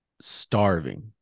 starving